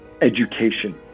education